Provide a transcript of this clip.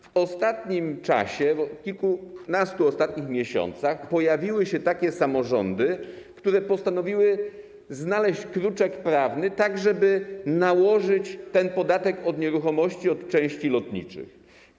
W ostatnim czasie, w ostatnich kilkunastu miesiącach pojawiły się takie samorządy, które postanowiły znaleźć kruczek prawny, tak żeby nałożyć ten podatek od nieruchomości od części lotniczych.